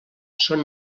són